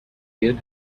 kid